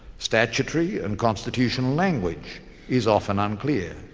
statutory and constitutional language is often unclear.